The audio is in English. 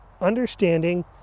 understanding